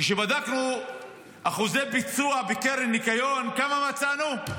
כשבדקנו אחוזי ביצוע בקרן ניקיון, כמה מצאנו?